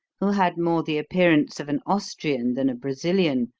who had more the appearance of an austrian than a brazilian,